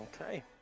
Okay